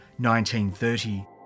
1930